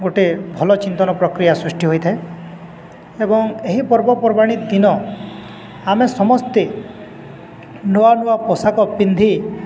ଗୋଟେ ଭଲ ଚିନ୍ତନ ପ୍ରକ୍ରିୟା ସୃଷ୍ଟି ହୋଇଥାଏ ଏବଂ ଏହି ପର୍ବପର୍ବାଣୀ ଦିନ ଆମେ ସମସ୍ତେ ନୂଆ ନୂଆ ପୋଷାକ ପିନ୍ଧି